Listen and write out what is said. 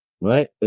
right